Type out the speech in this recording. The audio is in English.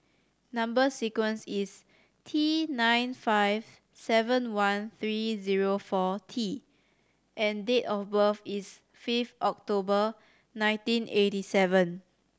number sequence is T nine five seven one three zero four T and date of birth is fifth October nineteen eighty seven